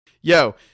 Yo